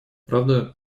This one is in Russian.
правда